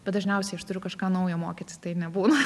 bet dažniausiai aš turiu kažką naujo mokytis tai nebūna